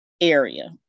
area